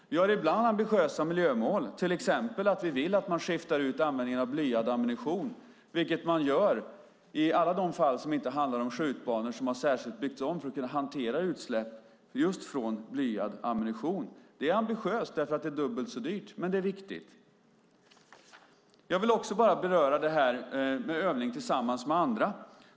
Vi har ibland ambitiösa miljömål. Till exempel vill vi att man skiftar ut användningen av blyad ammunition, vilket man gör i alla de fall som inte handlar om skjutbanor som har byggts om särskilt för att kunna hantera utsläpp just från blyad ammunition. Det är ambitiöst, därför att det är dubbelt så dyrt. Men det är viktigt. Jag vill också beröra det som sägs om övning tillsammans med andra.